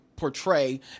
portray